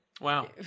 Wow